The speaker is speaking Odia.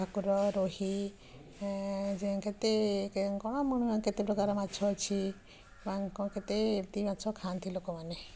ଭାକୁର ରୋହି ଯାଇ କେତେ କ'ଣ କେତେ ପ୍ରକାର ମାଛ ଅଛି ତାଙ୍କ କେତେ ଏମିତି ମାଛ ଖାଆନ୍ତି ଲୋକମାନେ